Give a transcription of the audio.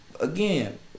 Again